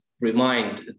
remind